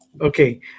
Okay